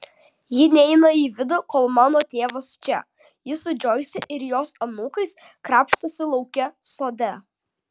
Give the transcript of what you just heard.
ji neina į vidų kol mano tėvas čia ji su džoise ir jos anūkais krapštosi lauke sode